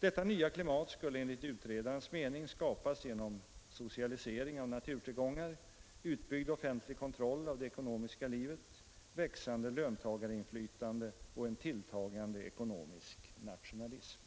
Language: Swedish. Detta nya klimat skulle enligt utredarnas mening skapas genom ” socialisering av naturtillgångar, utbyggd offentlig kontroll av det ekonomiska livet, växande löntagarinflytande och en tilltagande ekonomisk nationalism”.